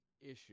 issue